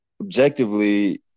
objectively